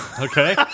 Okay